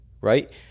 right